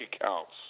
accounts